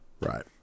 right